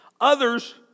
Others